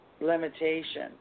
Limitation